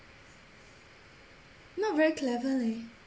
not very clever leh